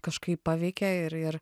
kažkaip paveikė ir ir